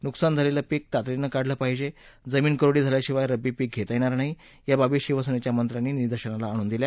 नुकसान झालेलं पीक तातडीनं काढलं पाहिजे जमीन कोरडी झाल्याशिवाय रब्बी पीक घेता येणार नाही या बाबी शिवसेनेच्या मंत्र्यांनी निदर्शनाला आणून दिल्या